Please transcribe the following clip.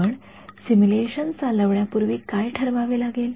आपण सिम्युलेशन चालवण्यापूर्वी काय ठरवावे लागेल